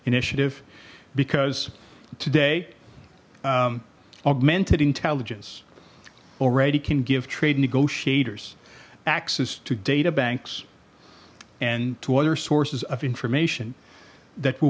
initiative because today augmented intelligence already can give trade negotiators access to data banks and to other sources of information that w